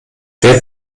wer